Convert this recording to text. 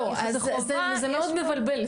אז זה מאוד מבלבל,